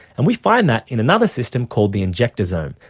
and we find that in another system called the injectisome.